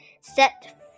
set